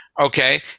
Okay